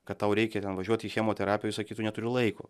kad tau reikia ten važiuot į chemoterapiją o jis sakytų neturiu laiko